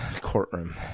courtroom